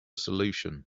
solution